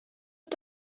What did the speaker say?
ist